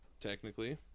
technically